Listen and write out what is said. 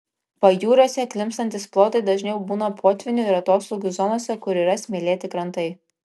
pajūriuose klimpstantys plotai dažniau būna potvynių ir atoslūgių zonose kur yra smėlėti krantai